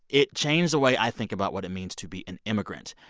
it changed the way i think about what it means to be an immigrant,